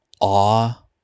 Awe